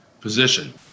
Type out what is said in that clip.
position